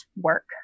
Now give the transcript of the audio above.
work